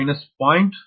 052 ஆகும்